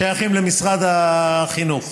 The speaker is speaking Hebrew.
ששייכים למשרד החינוך,